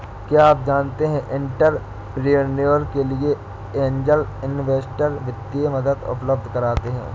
क्या आप जानते है एंटरप्रेन्योर के लिए ऐंजल इन्वेस्टर वित्तीय मदद उपलब्ध कराते हैं?